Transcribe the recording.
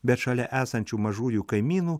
bet šalia esančių mažųjų kaimynų